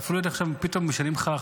פתאום משנים לך,